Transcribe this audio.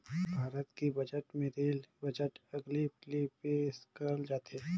भारत के बजट मे rail budget अलगे ले पेस करल जाथे